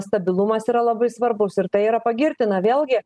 stabilumas yra labai svarbus ir tai yra pagirtina vėlgi